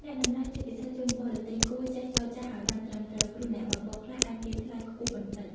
អ្នកដំណើរ ជាពិសេសជនបរទេស គួរចេះចរចាឱ្យបានត្រឹមត្រូវ ព្រោះអ្នកបើកបរខ្លះអាចទារថ្លៃខ្ពស់បន្តិច។